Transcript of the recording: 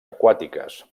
aquàtiques